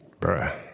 Bruh